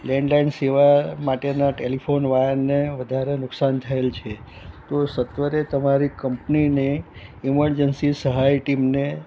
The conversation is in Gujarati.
લેન્ડ લાઇન સેવા માટેના ટેલિફોન વહનને વધારે નુકસાન થએલ છે તો સત્વરે તમારી કંપનીને ઇમરજન્સી સહાય ટીમને